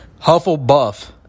Hufflepuff